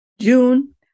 June